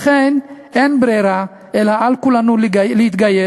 לכן אין ברירה, אלא על כולנו להתגייס.